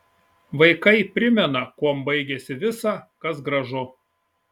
vaikai primena kuom baigiasi visa kas gražu